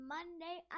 Monday